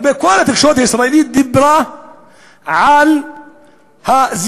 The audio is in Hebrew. כל התקשורת הישראלית דיברה על הזיהום